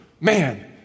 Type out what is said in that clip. Man